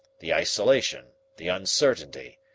the isolation, the uncertainty,